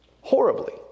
horribly